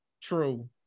True